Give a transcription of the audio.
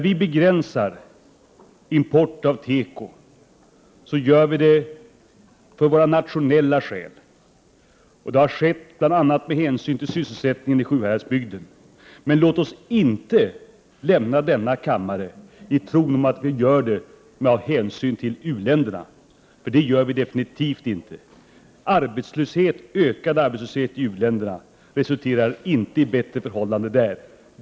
Vi begränsar import av teko av nationella skäl. Det har skett bl.a. med hänsyn till sysselsättningen i Sjuhäradsbygden. Men låt oss inte lämna denna kammare i tron att vi har dessa restriktioner med hänsyn till u-länderna. Det har vi definitivt inte. Ökad arbetslöshet i u-länderna resulterar inte i bättre förhållanden där.